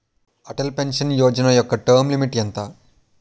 Atal pension Yojana యెక్క term limit ఎంత?